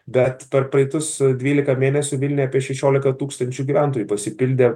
bet per praeitus dvylika mėnesių vilniuje apie šešiolika tūkstančių gyventojų pasipildė